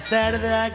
Saturday